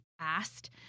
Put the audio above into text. asked